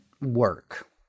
work